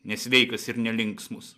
nesveikas ir nelinksmus